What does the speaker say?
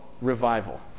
revival